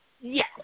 yes